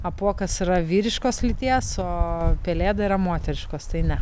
apuokas yra vyriškos lyties o pelėda yra moteriškos tai ne